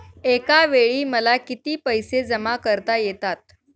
एकावेळी मला किती पैसे जमा करता येतात?